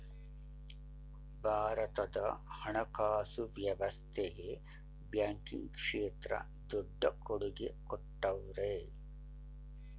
ಭಾರತದ ಹಣಕಾಸು ವ್ಯವಸ್ಥೆಗೆ ಬ್ಯಾಂಕಿಂಗ್ ಕ್ಷೇತ್ರ ದೊಡ್ಡ ಕೊಡುಗೆ ಕೊಟ್ಟವ್ರೆ